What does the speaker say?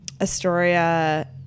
Astoria –